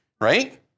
right